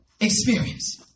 experience